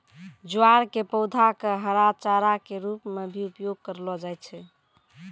ज्वार के पौधा कॅ हरा चारा के रूप मॅ भी उपयोग करलो जाय छै